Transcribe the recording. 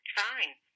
fine